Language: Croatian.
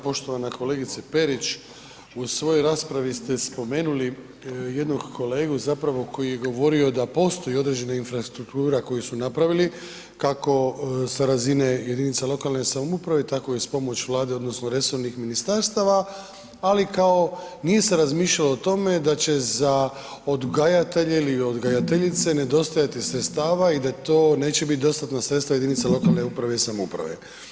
Poštovana kolegice Perić, u svojoj raspravi ste spomenuli jednog kolegu zapravo koji je govorio da postoji određena infrastruktura koju su napravili kako sa razine jedinica lokalne samouprave, tako i uz pomoć Vlade odnosno resornih ministarstava, ali kao nije se razmišljalo o tome da će za odgajatelje ili odgajateljice nedostajati sredstava i da to neće bit dostatna sredstva jedinica lokalne uprave i samouprave.